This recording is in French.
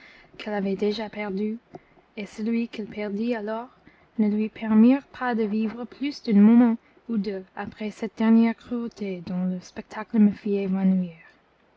qu'elle avait déjà perdu et celui qu'elle perdit alors ne lui permirent pas de vivre plus d'un moment ou deux après cette dernière cruauté dont le spectacle me fit